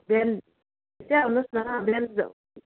बिहान छिटै आउनुहोस् न बिहान